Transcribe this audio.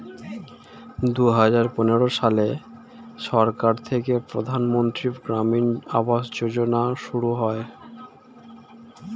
দুহাজার পনেরো সালে সরকার থেকে প্রধানমন্ত্রী গ্রামীণ আবাস যোজনা শুরু হয়